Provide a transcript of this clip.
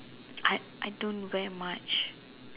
I I don't wear much